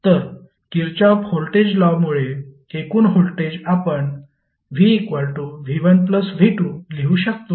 तर Kirchhoff voltage law मुळे एकूण व्होल्टेज आपण vv1v2 लिहू शकतो